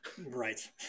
Right